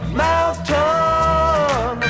mountain